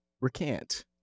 recant